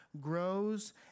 grows